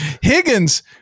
Higgins